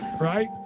right